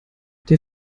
der